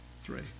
three